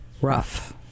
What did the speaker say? Rough